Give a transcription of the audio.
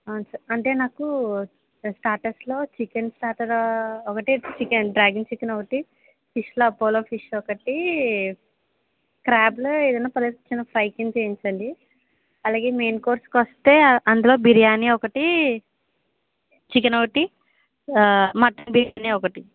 సా అంటే నాకు స్టార్టర్స్లో చికెన్ స్టార్టర్ ఒకటి చికె డ్రాగన్ చికెన్ ఒకటి ఫిష్లో అపోలో ఫిష్ ఒకటి క్రాబ్లో ఎదైనా ఫ్రై చిన్న ఫ్రై కింద చేయించండి అలగే మెయిన్ కోర్స్కి వస్తే అందులో బిర్యానీ ఒకటి చికెన్ ఒకటి మటన్ బిర్యానీ ఒకటి